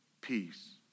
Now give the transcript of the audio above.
peace